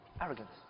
Arrogance